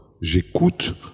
J'écoute